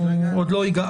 אה, עוד לא הגעתם?